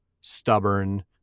stubborn